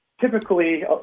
Typically